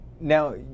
Now